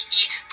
eat